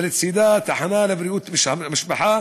ולצדה תחנה לבריאות המשפחה,